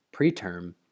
Preterm